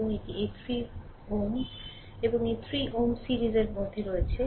এবং এই 3 Ω এবং এই 3Ω সিরিজের মধ্যে রয়েছে